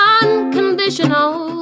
unconditional